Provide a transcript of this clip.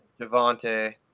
Javante